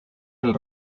del